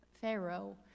Pharaoh